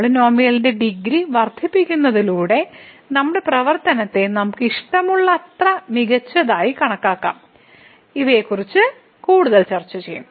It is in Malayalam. പോളിനോമിയലിന്റെ ഡിഗ്രി വർദ്ധിപ്പിക്കുന്നതിലൂടെ നമ്മുടെ പ്രവർത്തനത്തെ നമുക്ക് ഇഷ്ടമുള്ളത്രയും മികച്ചതായി കണക്കാക്കാം ഇവയെക്കുറിച്ച് കൂടുതൽ ചർച്ച ചെയ്യും